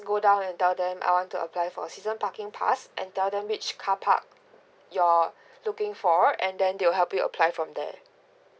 go down and tell them I want to apply for season parking pass and tell them which carpark you're looking for and then they will help you apply from that